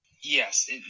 Yes